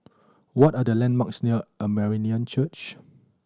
what are the landmarks near Armenian Church